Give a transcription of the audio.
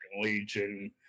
Legion